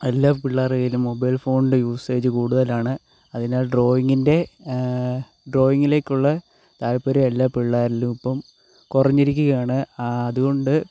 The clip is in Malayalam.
എല്ലാ പിള്ളേരുടെ കൈയ്യിലും മൊബൈൽ ഫോണിൻ്റെ യൂസേജ് കൂടുതലാണ് അതിനാൽ ഡ്രോയിങിൻ്റെ ഡ്രോയിങിലേക്ക് ഉള്ള താത്പര്യം എല്ലാ പിള്ളേരിലും ഇപ്പം കുറഞ്ഞിരിക്കുകയാണ് അതുകൊണ്ട്